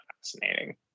fascinating